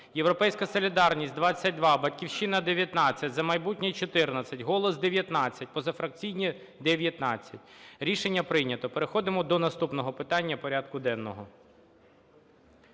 "Європейська солідарність" – 22, "Батьківщина" – 19, "За майбутнє" – 14, "Голос" – 19, позафракційні – 19. Рішення прийнято. Переходимо до наступного питання порядку денного.